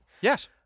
Yes